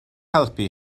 helpu